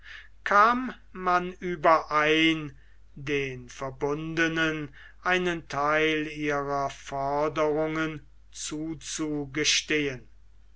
kam man überein den verbundenen einen theil ihrer forderungen zuzugestehen